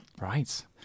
right